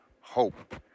hope